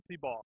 ball